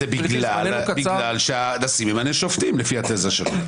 זה בגלל שהנשיא ממנה שופטים, לפי התזה שלו.